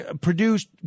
produced